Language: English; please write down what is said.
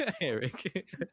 Eric